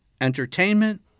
entertainment